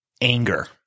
anger